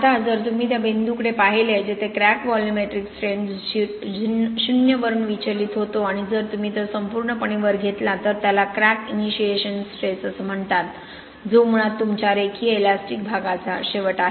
आता जर तुम्ही त्या बिंदूकडे पाहिले जेथे क्रॅक व्हॉल्यूमेट्रिक स्ट्रेन 0 वरून विचलित होतो आणि जर तुम्ही तो संपूर्णपणे वर घेतला तर त्याला क्रॅक इनिशिएशन स्ट्रेस असे म्हणतात जो मुळात तुमच्या रेखीय इलॅस्टिक भागाचा शेवट आहे